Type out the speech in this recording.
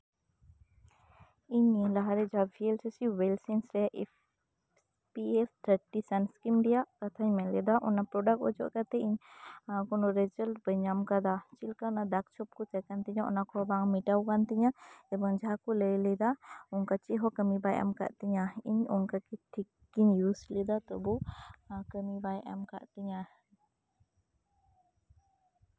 ᱤᱧ ᱞᱟᱦᱟ ᱨᱮ ᱡᱟᱦᱟᱸ ᱯᱷᱤᱞᱳᱡᱚᱯᱷᱤ ᱦᱩᱭᱤᱞ ᱥᱟᱭᱮᱱᱥ ᱨᱮ ᱤᱯᱷ ᱯᱤ ᱮᱯᱷ ᱛᱷᱟᱴᱴᱤᱱ ᱥᱟᱱ ᱥᱠᱤᱱ ᱨᱮᱭᱟᱜ ᱠᱟᱛᱷᱟᱧ ᱢᱮᱱ ᱞᱮᱫᱟ ᱚᱱᱟ ᱯᱨᱳᱰᱟᱠᱴ ᱚᱡᱚᱜ ᱠᱟᱛᱮ ᱤᱧ ᱠᱳᱱᱳ ᱨᱮᱡᱟᱞᱴ ᱵᱟᱹᱧ ᱧᱟᱢ ᱠᱟᱫᱟ ᱪᱮᱫᱞᱮᱠᱟ ᱚᱱᱟ ᱫᱟᱜᱽ ᱪᱚᱠ ᱠᱚ ᱛᱟᱦᱮᱸ ᱠᱟᱱ ᱛᱤᱧᱟᱹ ᱚᱱᱟ ᱠᱚᱦᱚᱸ ᱵᱟᱝ ᱢᱮᱴᱟᱣ ᱠᱟᱱ ᱛᱤᱧᱟᱹ ᱮᱵᱚᱝ ᱡᱟᱦᱟᱸ ᱠᱚ ᱞᱟᱹᱭ ᱞᱮᱫᱟ ᱚᱝᱠᱟ ᱪᱮᱫ ᱦᱚᱸ ᱠᱟᱹᱢᱤ ᱵᱟᱭ ᱮᱢ ᱠᱟᱜ ᱛᱤᱧᱟᱹ ᱤᱧ ᱚᱝᱠᱟ ᱠᱤ ᱴᱷᱤᱠ ᱜᱤᱧ ᱭᱩᱡᱽ ᱞᱮᱫᱟ ᱛᱚᱵᱩ ᱠᱟᱹᱢᱤ ᱵᱟᱭ ᱮᱢ ᱠᱟᱜ ᱛᱤᱧᱟᱹ